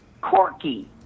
Corky